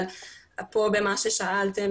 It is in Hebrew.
אבל פה במה ששאלתם